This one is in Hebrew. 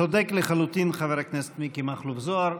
צודק לחלוטין, חבר הכנסת מיקי מכלוף זוהר.